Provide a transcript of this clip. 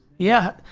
yeah,